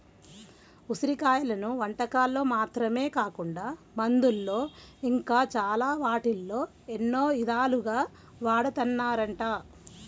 ఉసిరి కాయలను వంటకాల్లో మాత్రమే కాకుండా మందుల్లో ఇంకా చాలా వాటిల్లో ఎన్నో ఇదాలుగా వాడతన్నారంట